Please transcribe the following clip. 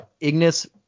Ignis